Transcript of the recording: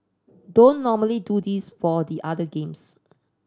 don't normally do this for the other games